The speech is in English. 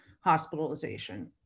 hospitalization